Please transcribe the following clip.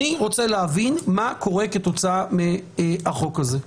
אני רוצה להבין מה קורה כתוצאה מהחוק הזה.